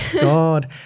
God